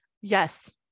Yes